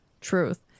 Truth